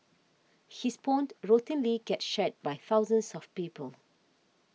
his posts routinely get shared by thousands of people